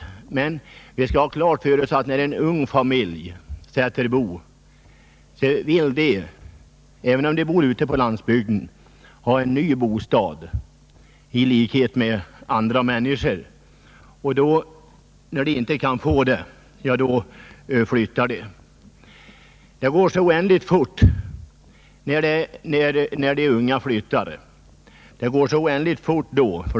Vi skall dock ha klart för oss att en ung familj som sätter bo vill — även om den bor på landsbygden — ha en ny bostad i likhet med andra människor. När det inte finns någon ny bostad flyttar familjen. Utvecklingen går oändligt fort när de unga flyttar.